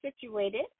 situated